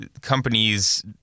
companies